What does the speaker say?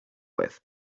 with